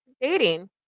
dating